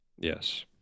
Yes